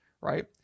right